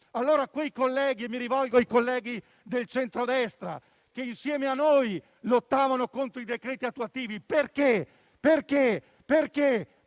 allora ci sono colleghi - mi rivolgo ai colleghi del centrodestra che, insieme a noi, lottavano contro i decreti attuativi - che perseverano